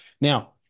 Now